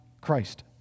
Christ